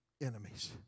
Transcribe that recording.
enemies